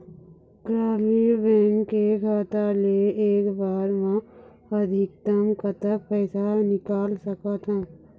ग्रामीण बैंक के खाता ले एक बार मा अधिकतम कतक पैसा निकाल सकथन?